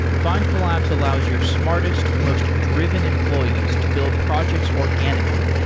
findcollabs allows your smartest, most driven employees, to build projects organically.